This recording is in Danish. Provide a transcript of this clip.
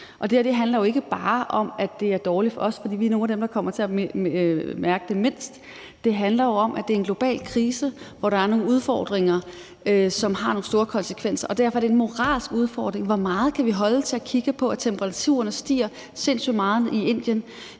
Det her handler jo ikke bare om, at det er dårligt for os, for vi er nogle af dem, der kommer til at mærke det mindst; det handler jo om, at det er en global krise, hvor der er nogle udfordringer, som har nogle store konsekvenser. Derfor er det en moralsk udfordring: Hvor meget kan vi holde til at kigge på, at temperaturerne stiger i Indien,